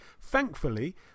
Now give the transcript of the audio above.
Thankfully